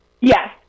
Yes